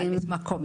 אני ממלאת מקום.